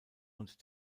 und